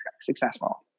successful